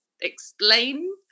explain